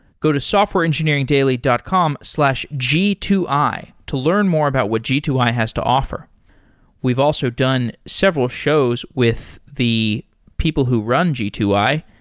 go to softwareengineeringdaily dot com slash g two i to learn more about what g two i has to offer we've also done several shows with the people who run g two i,